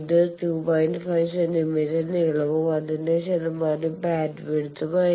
5 centimetre നീളവും അതിന്റെ ശതമാനം ബാൻഡ്വിഡ്ത്തും ആയിരിക്കും